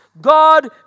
God